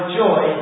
joy